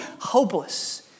hopeless